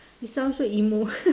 you sound so emo